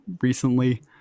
recently